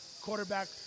quarterback